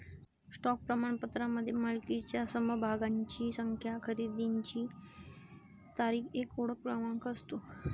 stock प्रमाणपत्रामध्ये मालकीच्या समभागांची संख्या, खरेदीची तारीख, एक ओळख क्रमांक असतो